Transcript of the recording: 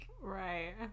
Right